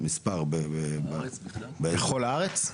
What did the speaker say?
בכל הארץ?